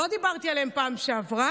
לא דיברתי עליהם בפעם שעברה,